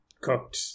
cooked